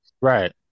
Right